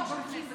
אני יודע עברית.